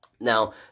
Now